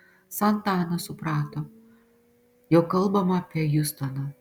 santa ana suprato jog kalbama apie hiustoną